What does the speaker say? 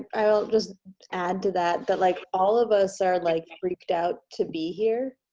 i'll just add to that that like all of us are like freaked out to be here.